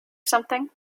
something